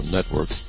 Network